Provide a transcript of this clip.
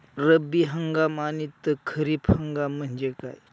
रब्बी हंगाम आणि खरीप हंगाम म्हणजे काय?